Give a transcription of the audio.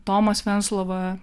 tomas venclova